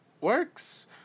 works